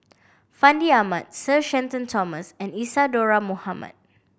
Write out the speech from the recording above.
Fandi Ahmad Sir Shenton Thomas and Isadhora Mohamed